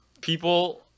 people